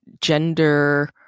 gender